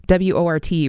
WORT